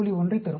1 ஐத் தரும்